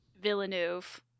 Villeneuve